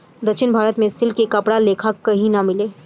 दक्षिण भारत के सिल्क के कपड़ा लेखा कही ना मिले